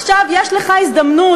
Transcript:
עכשיו יש לך הזדמנות,